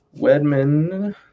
Wedman